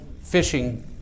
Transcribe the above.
fishing